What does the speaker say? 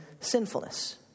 sinfulness